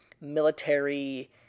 military